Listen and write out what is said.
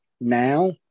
now